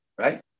right